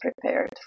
prepared